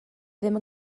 ddim